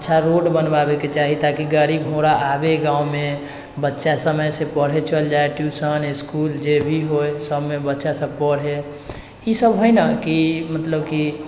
अच्छा रोड बनबाबैके चाही ताकि गाड़ी घोड़ा आबै गाँवमे बच्चा समयसँ पढ़ै चलि जाइ ट्यूशन इसकुल जे भी होइ सबमे बच्चासब पढ़ै ईसब हइ ने कि मतलब कि